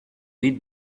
lit